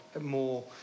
more